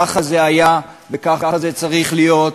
ככה זה היה וככה זה צריך להיות,